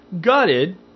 gutted